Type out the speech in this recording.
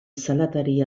zelatari